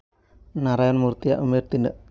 ᱱᱟᱨᱟᱭᱚᱱ ᱢᱩᱨᱛᱤᱭᱟᱜ ᱩᱢᱮᱨ ᱛᱤᱱᱟᱹᱜ